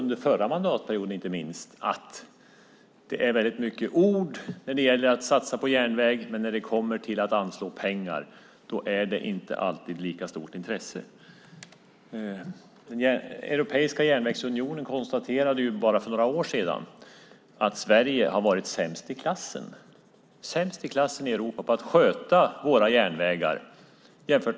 Under den förra mandatperioden såg vi att det är mycket ord när det gäller att satsa på järnväg, men när det kommer till att anslå pengar är intresset inte alltid lika stort. Den europeiska järnvägsunionen konstaterade för bara några år sedan att Sverige har varit sämst i klassen i Europa på att sköta järnvägarna.